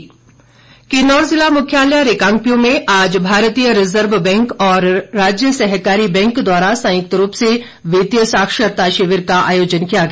वित्तीय साक्षरता किन्नौर जिला मुख्यालय रिकांगपिओ में आज भारतीय रिजर्व बैंक और राज्य सहकारी बैंक द्वारा संयुक्त रूप से वित्तीय साक्षरता शिविर का आयोजन किया गया